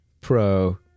pro